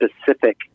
specific